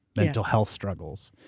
mental health struggles,